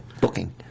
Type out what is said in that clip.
booking